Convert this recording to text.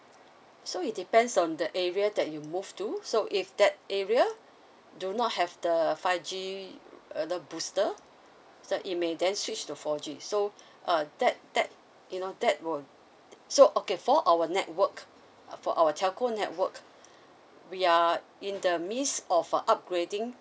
so it depends on the area that you move to so if that area do not have the five G uh the booster so it may then switch to four G so uh that that you know that were so okay for our network uh for our telco network we are in the means of uh upgrading